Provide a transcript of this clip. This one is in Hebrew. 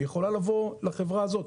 היא יכולה לבוא לחברה הזאת.